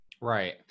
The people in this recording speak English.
Right